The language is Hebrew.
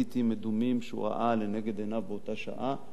מדומים שהוא ראה לנגד עיניו באותה שעה,